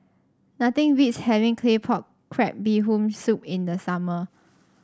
nothing beats having Claypot Crab Bee Hoon Soup in the summer